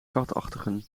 katachtigen